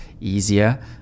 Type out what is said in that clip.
easier